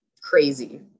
crazy